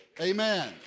Amen